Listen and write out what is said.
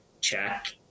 check